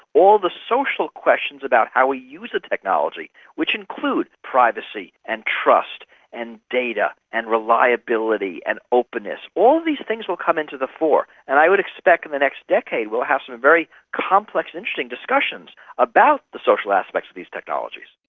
all the social questions about how we use the technology, which include privacy and trust and data and reliability and openness, all these things will come into the fore. and i would expect in the next decade we'll have some very complex interesting discussion about the social aspect of these technologies.